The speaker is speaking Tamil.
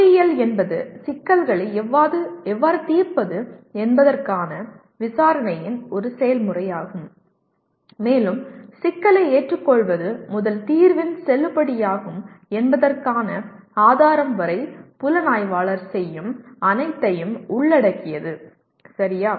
பொறியியல் என்பது சிக்கல்களை எவ்வாறு தீர்ப்பது என்பதற்கான விசாரணையின் ஒரு செயல்முறையாகும் மேலும் சிக்கலை ஏற்றுக்கொள்வது முதல் தீர்வின் செல்லுபடியாகும் என்பதற்கான ஆதாரம் வரை புலனாய்வாளர் செய்யும் அனைத்தையும் உள்ளடக்கியது சரியா